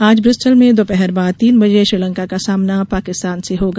आज ब्रिस्टल में दोपहर बाद तीन बजे श्रीलंका का सामना पाकिस्तान से होगा